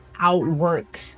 outwork